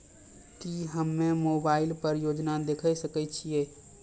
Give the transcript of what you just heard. की हम्मे मोबाइल पर योजना देखय सकय छियै?